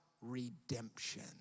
Redemption